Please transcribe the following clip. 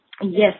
yes